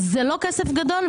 זה לא כסף גדול,